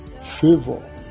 favor